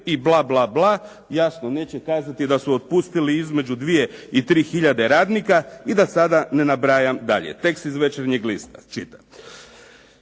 i bla, bla, bla. Jasno neće kazati da su otpustili između 2 i 3 tisuće radnika i da sada ne nabrajam dalje. Tekst iz "Večernjeg lista" čitam.